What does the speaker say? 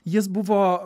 jis buvo